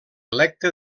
electa